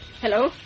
Hello